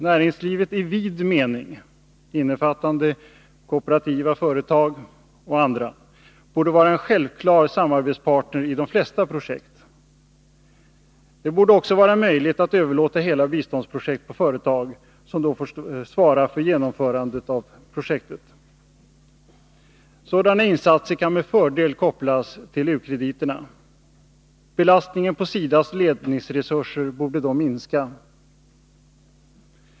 Näringslivet i vid mening — innefattande kooperativa företag och andra — borde vara en självklar samarbetspartner i de flesta projekt. Det borde också vara möjligt att överlåta hela biståndsprojekt på företag, som då får svara för genomförandet av projekten. Sådana insatser kan med fördel kopplas till u-krediterna. Belastningen på SIDA:s ledningsresurser borde då minska.